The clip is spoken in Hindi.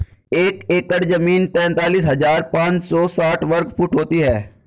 एक एकड़ जमीन तैंतालीस हजार पांच सौ साठ वर्ग फुट होती है